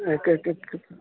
ऐं कंहिं कंहिं कंहिं